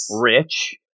rich